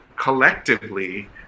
collectively